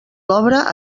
obra